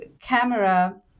camera